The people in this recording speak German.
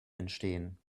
entstehen